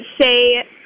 say